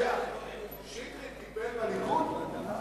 שטרית טיפל בליכוד?